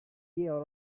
deal